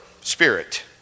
spirit